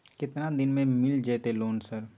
केतना दिन में मिल जयते लोन सर?